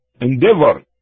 endeavor